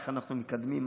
איך אנחנו מתקדמים,